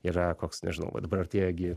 yra koks nežinau va dabar artėja gi